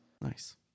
Nice